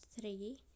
three